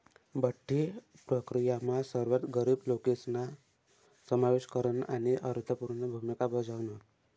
बठ्ठी प्रक्रीयामा सर्वात गरीब लोकेसना समावेश करन आणि अर्थपूर्ण भूमिका बजावण